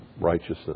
Righteousness